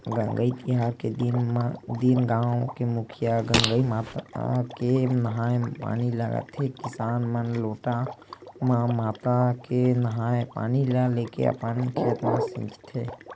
गंगई तिहार के दिन गाँव के मुखिया गंगई माता के नंहाय पानी लाथे किसान मन लोटा म माता के नंहाय पानी ल लेके अपन खेत म छींचथे